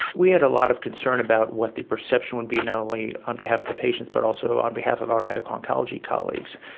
we had a lot of concern about what the perception would be, not only on behalf of the patients but also on behalf of our medical oncology colleagues.